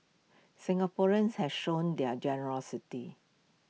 Singaporeans have shown their generosity